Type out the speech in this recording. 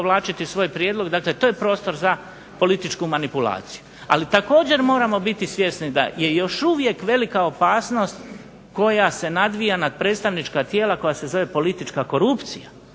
povlačiti svoj prijedlog. Dakle, to je prostor za političku manipulaciju. Ali, također moramo biti svjesni da je još uvijek velika opasnost koja se nadvija nad predstavnička tijela koja se zove politička korupcija.